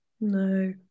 No